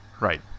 right